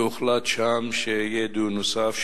והוחלט שם שיהיה דיון נוסף,